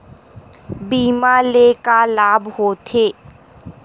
बीमा ले का लाभ होथे?